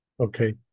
Okay